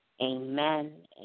Amen